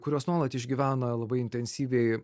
kuriuos nuolat išgyvena labai intensyviai